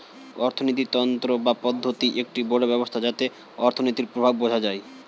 অর্থিনীতি তন্ত্র বা পদ্ধতি একটি বড় ব্যবস্থা যাতে অর্থনীতির প্রভাব বোঝা যায়